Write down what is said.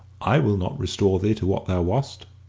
i will not restore thee to what thou wast.